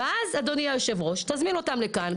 ואז, אדוני היו"ר, תזמין אותם לכאן.